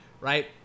right